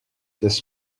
this